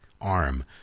arm